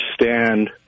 understand